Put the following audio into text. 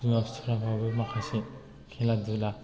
बिमा बिफानाबो माखासे खेला दुला